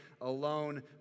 alone